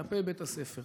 אוסאמה סעדי (הרשימה המשותפת):